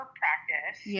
practice